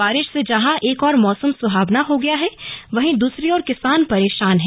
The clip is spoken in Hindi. बारिश से जहां एक ओर मौसम सुहावना हो गया है वहीं दूसरी और किसान परेशान हैं